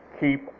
keep